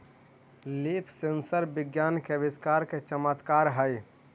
leaf sensor विज्ञान के आविष्कार के चमत्कार हेयऽ